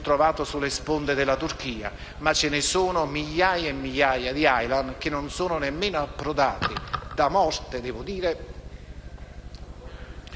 trovato sulle sponde della Turchia. Ma ci sono migliaia e migliaia di Aylan, che non sono nemmeno approdati, da morti - lo devo dire